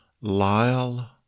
Lyle